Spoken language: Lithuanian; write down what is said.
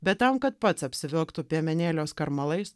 bet tam kad pats apsivilktų piemenėlio skarmalais